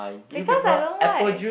because I don't like